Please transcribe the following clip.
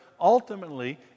ultimately